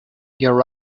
your